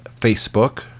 Facebook